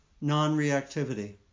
non-reactivity